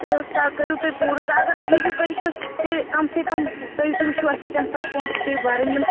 تہٕ سۄ کٔرِو تُہۍ پوٗرٕ تہٕ اگر نہٕ ہیٚکِو کٔرِتھ تہٕ تیٚلہِ کَم سے کَم تُہۍ تہِ وُچھو اَسہِ یہِ تَمہِ ساتہٕ پۅنٛسہٕ پیٚیہِ بَرٕنۍ یِم